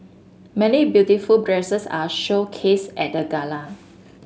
many beautiful dresses are showcased at the gala